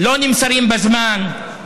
לא נמסרים בזמן,